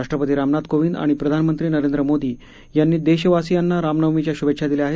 राष्ट्रपती रामनाथ कोविंद आणि प्रधानमंत्री नरेंद्र मोदी यांनी देशवासीयांना रामनवमीच्या शुभेच्छा दिल्या आहेत